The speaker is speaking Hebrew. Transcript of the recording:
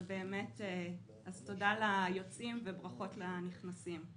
תודה ליוצאים וברכות לנכנסים.